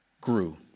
grew